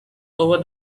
over